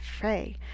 fray